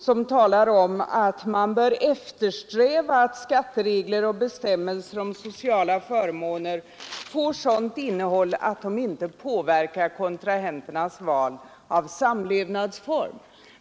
Där heter det att man bör eftersträva ”att skatteregler och bestämmelser om sociala förmåner över huvud taget får sådant innehåll att de inte påverkar kontrahenternas val av samlevnadsform”.